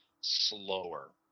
slower